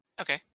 Okay